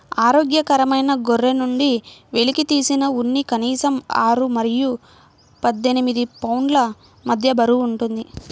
ఆరోగ్యకరమైన గొర్రె నుండి వెలికితీసిన ఉన్ని కనీసం ఆరు మరియు పద్దెనిమిది పౌండ్ల మధ్య బరువు ఉంటుంది